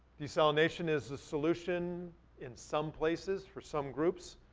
desalination is the solution in some places for some groups.